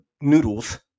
noodles